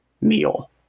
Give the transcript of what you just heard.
meal